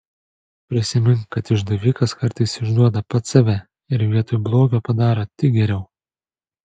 prisimink kad išdavikas kartais išduoda pats save ir vietoj blogio padaro tik geriau